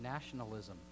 Nationalism